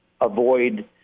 avoid